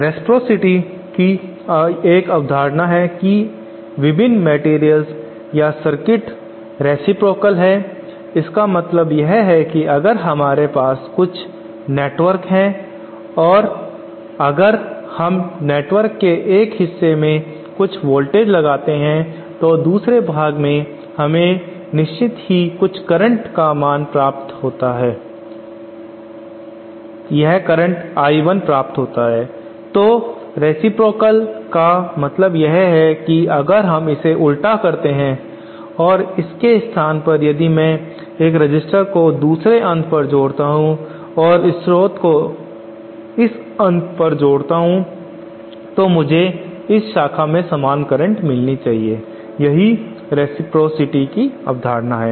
reciprocity कि एक अवधारणा है कि विभिन्न मैटेरियल्स या सर्किट्स रेसिप्रोकाल है इसका मतलब यह है कि अगर हमारे पास कुछ नेटवर्क हैं और अगर हम नेटवर्क के एक हिस्से में कुछ वोल्टेज लगाते हैं और दूसरे भाग में हमें निश्चित ही करंट का कुछ मान I II 1 प्राप्त होता है तो रेसिप्रोकाल तक का मतलब है कि अगर हम इसे उल्टा करते हैं और इसके स्थान पर यदि में इस रेसिस्टर को दूसरे अंत पर जोड़ता हूं और स्त्रोत को इस अंत पर जोड़ता हूं तो मुझे इस शाखा में समान करंट मिलनी चाहिए यही रेसप्रॉसिटी कि अवधारणा है